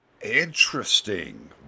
interesting